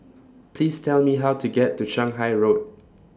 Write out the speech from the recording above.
Please Tell Me How to get to Shanghai Road